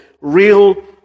real